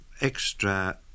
extra